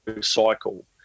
cycle